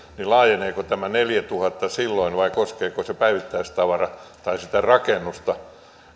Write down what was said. niin laajeneeko tämä neljäntuhannen silloin vai koskeeko se päivittäistavarakauppaa tai sitä rakennusta